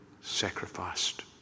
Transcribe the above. sacrificed